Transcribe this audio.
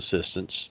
assistance